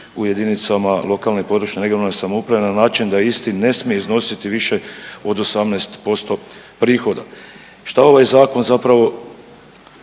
u jedinicama lokalne i područne (regionalne) samouprave na način da isti ne smije iznositi više od 18% prihoda. Šta ovaj zakon zapravo